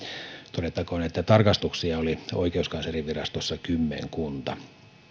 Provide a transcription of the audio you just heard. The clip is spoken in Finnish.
todettakoon että tarkastuksia oli oikeuskanslerinvirastossa kymmenkunta